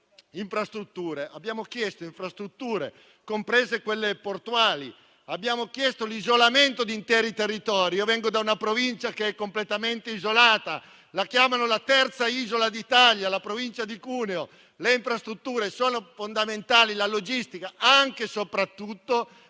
abbiamo chieste alcune, comprese quelle portuali. Abbiamo chiesto la fine dell'isolamento di interi territori. Vengo da una provincia completamente isolata - la chiamano la terza isola d'Italia quella di Cuneo. Le infrastrutture sono fondamentali, come la logistica, anche e soprattutto